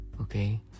Okay